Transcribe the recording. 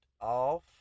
off